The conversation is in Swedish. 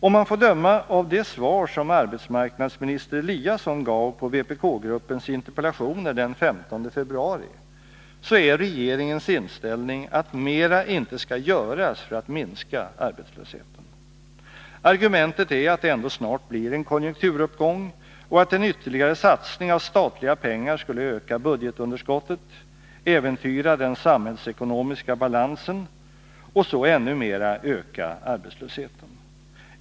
Om man får döma av det svar som arbetsmarknadsminister Eliasson gav på vpk-gruppens interpellationer den 15 februari är regeringens inställning att mera inte skall göras för att minska arbetslösheten. Argumentet är att det ändå snart blir en konjunkturuppgång och att en ytterligare satsning av statliga pengar skulle öka budgetunderskottet, äventyra den samhällsekonomiska balansen och ännu mera öka arbetslösheten.